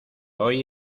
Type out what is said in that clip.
hoy